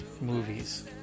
movies